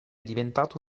diventato